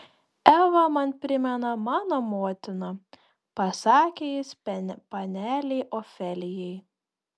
eva man primena mano motiną pasakė jis panelei ofelijai